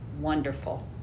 wonderful